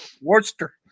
Worcester